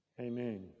amen